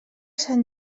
sant